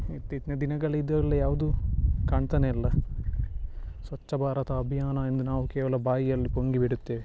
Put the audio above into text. ಇತ್ತೀಚಿನ ದಿನಗಳು ಇದೆಲ್ಲ ಯಾವುದೂ ಕಾಣ್ತಲೇ ಇಲ್ಲ ಸ್ವಚ್ಛ ಭಾರತ ಅಭಿಯಾನ ಎಂದು ನಾವು ಕೇವಲ ಬಾಯಿಯಲ್ಲಿ ಪುಂಗಿ ಬಿಡುತ್ತೇವೆ